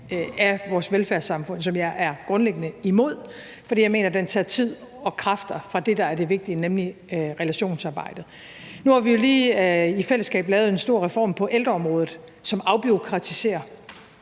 af vores velfærdssamfund, som jeg er grundlæggende imod, fordi jeg mener, den tager tid og kræfter fra det, der er det vigtige, nemlig relationsarbejdet. Nu har vi jo lige i fællesskab lavede en stor reform på ældreområdet, som afbureaukratiserer.